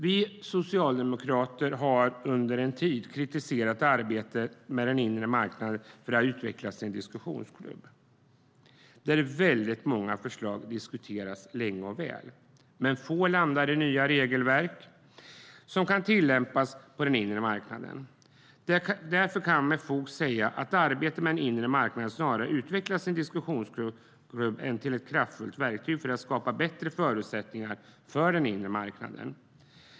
Vi socialdemokrater har under en tid kritiserat att arbetet med den inre marknaden har utvecklats till en diskussionsklubb, där väldigt många förslag diskuteras länge och väl men få landar i nya regelverk som kan tillämpas på den inre marknaden. Därför kan man med fog säga att arbetet med den inre marknaden snarare har utvecklats till en diskussionsklubb än blivit ett kraftfullt verktyg för skapa bättre förutsättningar för den inre markanden.